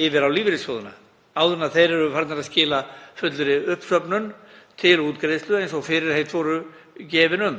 yfir á lífeyrissjóðina áður en þeir eru farnir að skila fullri uppsöfnun til útgreiðslu eins og fyrirheit voru gefin um